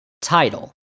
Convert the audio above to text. title